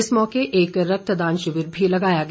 इस मौके एक रक्तदान शिविर भी लगाया गया